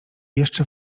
jeszcze